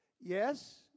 Yes